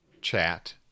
chat